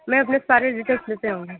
मैं अपने सारे डिटेल्स लेते आऊँगी